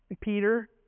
Peter